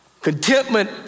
Contentment